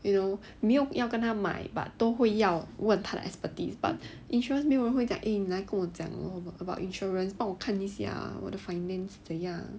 没有要跟他买 but 都会要问他的 expertise but insurance 没有人会讲 eh 跟我讲 about insurance 帮我看一下我的 finance 怎样